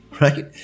Right